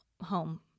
home